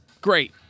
Great